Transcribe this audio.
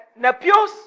nepios